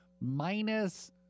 minus